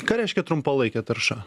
ką reiškia trumpalaikė tarša